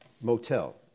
motel